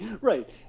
right